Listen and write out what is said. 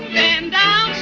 and